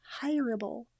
hireable